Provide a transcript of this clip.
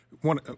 one